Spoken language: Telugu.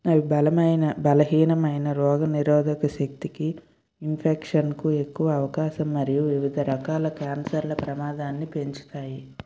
అవి బలమైన బలహీనమైన రోగనిరోధక శక్తికి ఇన్ఫెక్షన్కు ఎక్కువ అవకాశం మరియు వివిధ రకాల క్యాన్సర్ల ప్రమాదాన్నిపెంచుతాయి